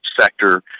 sector